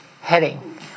heading